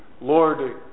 Lord